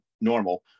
normal